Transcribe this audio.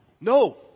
No